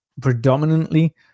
predominantly